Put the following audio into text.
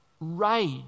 rage